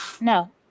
no